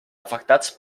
afectats